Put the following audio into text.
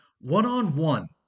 One-on-one